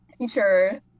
teacher